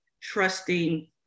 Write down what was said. trusting